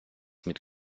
mit